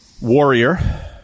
warrior